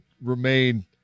remain